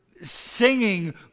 singing